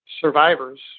survivors